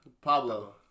Pablo